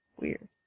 Weird